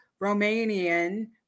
Romanian